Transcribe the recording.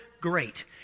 Great